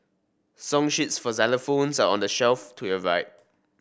song sheets for xylophones are on the shelf to your right